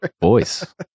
voice